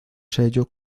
sello